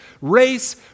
race